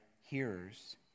hearers